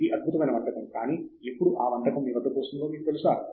ఇది అద్భుతమైన వంటకం కానీ ఎప్పుడు ఆ వంటకం మీ వద్దకు వస్తుందో మీకు తెలుసా